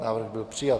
Návrh byl přijat.